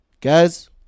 guys